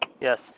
Yes